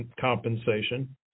compensation